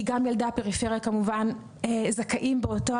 כי גם ילדי הפריפריה כמובן זכאים באותו